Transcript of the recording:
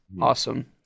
awesome